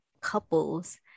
couples